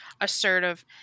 assertive